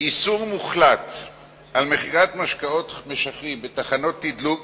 איסור מוחלט על מכירת משקאות משכרים בתחנות תדלוק